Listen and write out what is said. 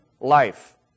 life